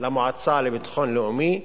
למועצה לביטחון לאומי,